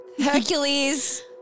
Hercules